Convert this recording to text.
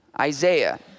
Isaiah